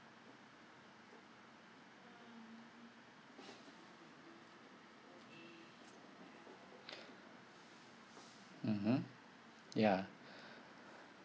mmhmm ya